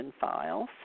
Files